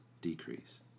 decrease